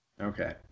Okay